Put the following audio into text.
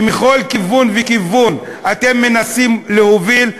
שמכל כיוון וכיוון אתם מנסים להוביל,